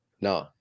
No